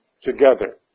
together